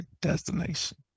destination